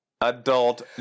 adult